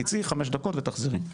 תצאי לחמש דקות ותחזרי.